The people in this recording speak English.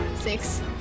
Six